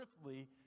earthly